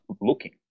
looking